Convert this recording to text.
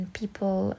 people